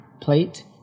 plate